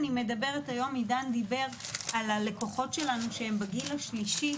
עידן דיבר על הלקוחות שלנו שהם בגיל השלישי,